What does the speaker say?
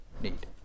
need